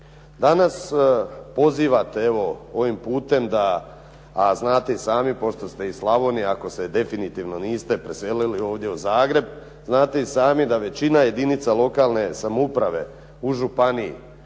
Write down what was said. Danas pozivate evo ovim putem a znate i sami pošto ste iz Slavonije ako se definitivno niste preselili ovdje u Zagreb znate i sami da većina jedinica lokalne samouprave u županiji